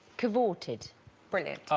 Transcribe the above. cavorted brilliant